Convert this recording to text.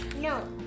No